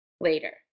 later